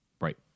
Right